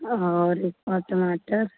अ और एक पाव टमाटर